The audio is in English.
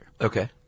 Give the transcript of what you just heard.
Okay